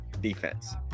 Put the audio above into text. Defense